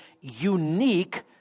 unique